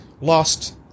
lost